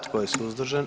Tko je suzdržan?